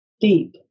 deep